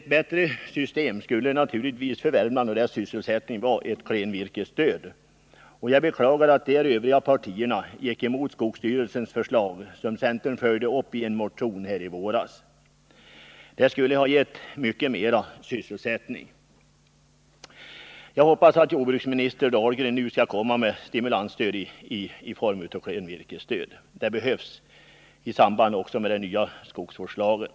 För Värmland och dess sysselsättning skulle det naturligtvis vara bättre med ett klenvirkesstöd. Jag beklagar att de övriga partierna gick emot skogsstyrelsens förslag, som centern följde upp i en motion i våras. Det skulle ha gett mycket mer sysselsättning. Jag hoppas att jordbruksminister Nr 26 Dahlgren nu skall komma med ett stimulansstöd i form av klenvirkesstöd. Måndagen den Det behövs också i samband med den nya skogsvårdslagen.